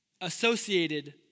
associated